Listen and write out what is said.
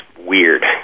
weird